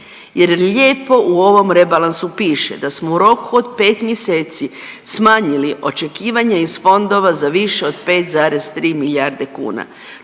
Jer lijepo u ovom rebalansu piše da smo u roku od 5 mjeseci smanjili očekivanje iz fondova za više 5,3 milijarde kuna.